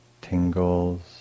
tingles